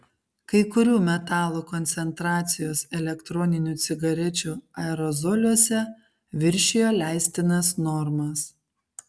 kai kurių metalų koncentracijos elektroninių cigarečių aerozoliuose viršijo leistinas normas